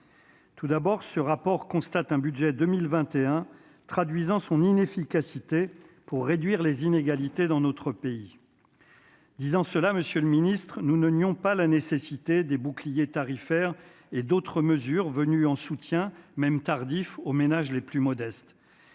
Tout d'abord, ce rapport constate un budget 2021 traduisant son inefficacité pour réduire les inégalités dans notre pays, disant cela, Monsieur le Ministre, nous ne nions pas la nécessité des bouclier tarifaire et d'autres mesures, venus en soutien, même tardif, aux ménages les plus modestes.